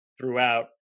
throughout